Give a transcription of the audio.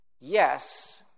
yes